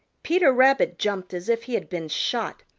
peter rabbit jumped as if he had been shot.